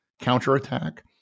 counterattack